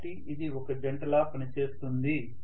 కాబట్టి ఇది ఒక జంటలా పనిచేస్తుంది